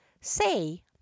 Say